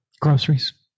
Groceries